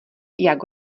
jak